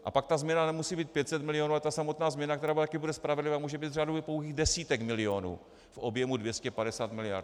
A pak ta změna nemusí být 500 milionů, ale ta samotná změna, která taky bude spravedlivá, může být řádově pouhých desítek milionů v objemu 250 miliard.